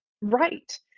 right